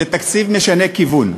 זה תקציב משנה כיוון.